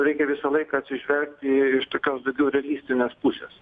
reikia visą laiką atsižvelgt iš tokios daugiau realistinės pusės